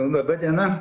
laba diena